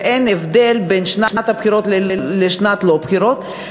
ואין הבדל בין שנת בחירות לשנה ללא בחירות,